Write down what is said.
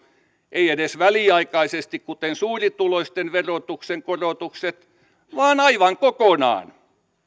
ei edes väliaikaisesti kuten suurituloisten verotuksen korotukset vaan aivan kokonaan